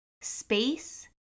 space